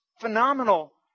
phenomenal